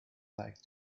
like